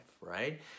right